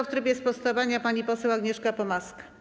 W trybie sprostowania pani poseł Agnieszka Pomaska.